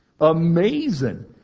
amazing